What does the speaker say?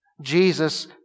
Jesus